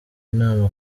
nama